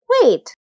Wait